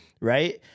right